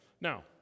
Now